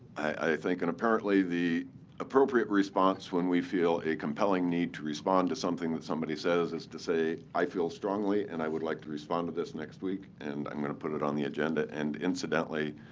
i think and apparently the appropriate response when we feel a compelling need to respond to something that somebody says is to say i feel strongly, and i would like to respond to this next week, and i'm going to put it on the agenda. and incidentally,